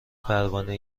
پروانه